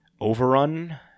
Overrun